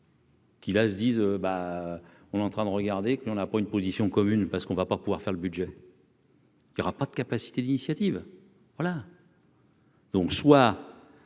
Qui là se disent bah on est en train de regarder qu'on n'a pas une position commune parce qu'on ne va pas pouvoir faire le budget. Il y aura pas de capacité d'initiative voilà. Donc soit